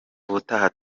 ubutaha